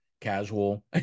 casual